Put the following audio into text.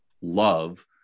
love